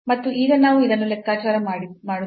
ಮತ್ತು ಈಗ ನಾವು ಇದನ್ನು ಲೆಕ್ಕಾಚಾರ ಮಾಡುತ್ತೇವೆ